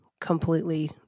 completely